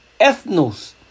ethnos